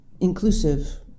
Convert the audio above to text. inclusive